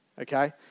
okay